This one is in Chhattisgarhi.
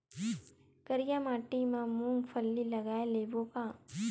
करिया माटी मा मूंग फल्ली लगय लेबों का?